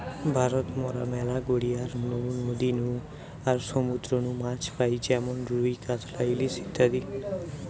ভারত মরা ম্যালা গড়িয়ার নু, নদী নু আর সমুদ্র নু মাছ পাই যেমন রুই, কাতলা, ইলিশ ইত্যাদি